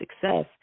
success